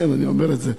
לכן אני אומר את זה.